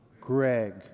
Greg